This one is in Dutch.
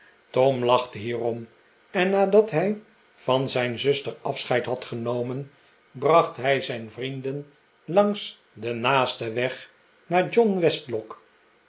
tom lachte hierom en nadat hij van zijn zuster afscheid had genomen bracht hij zijn vrienden langs den naasten weg naar john westlock